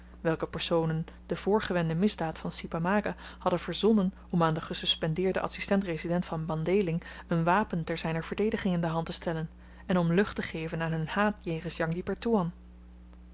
welke personen de voorgewende misdaad van si pamaga hadden verzonnen om aan den gesuspendeerden adsistent resident van mandhéling een wapen ter zyner verdediging in de hand te stellen en om lucht te geven aan hun haat jegens jang di pertoean